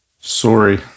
Sorry